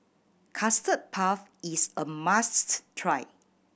Custard Puff is a must try